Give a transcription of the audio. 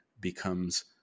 becomes